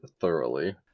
thoroughly